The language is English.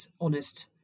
honest